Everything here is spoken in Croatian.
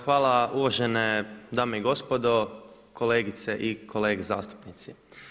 Hvala uvažene dame i gospodo, kolegice i kolege zastupnici.